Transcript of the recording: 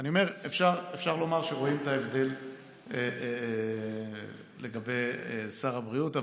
אני אומר: אפשר לומר שרואים את ההבדל לגבי שר הבריאות.